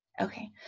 okay